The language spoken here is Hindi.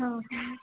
हाँ हाँ